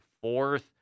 fourth